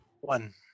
One